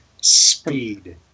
Speed